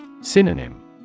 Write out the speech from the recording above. Synonym